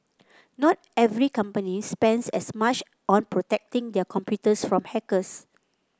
not every company spends as much on protecting their computers from hackers